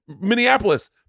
minneapolis